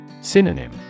Synonym